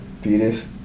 fetus